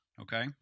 okay